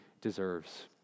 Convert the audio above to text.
deserves